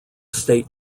state